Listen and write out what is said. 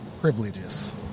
Privileges